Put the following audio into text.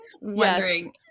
wondering